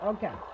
Okay